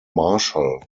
marshall